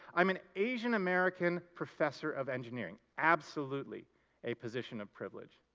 i'm an ashen american professor of engineering. absolutely a position of privilege.